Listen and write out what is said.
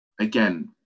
again